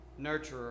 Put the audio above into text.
nurturer